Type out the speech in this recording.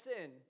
sin